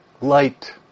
light